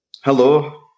Hello